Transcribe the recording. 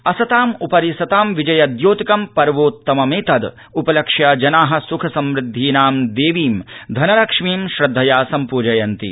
असताम्परि सतां विजय द्योतकं पर्वोत्तममेतद उपलक्ष्य जनाः सुख समुद्धीनां देवीं धनलक्ष्मीं श्रद्धया सम्प्जयन्ति